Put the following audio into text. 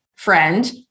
Friend